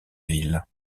ville